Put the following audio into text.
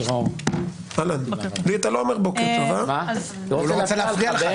אני אציע נוסח,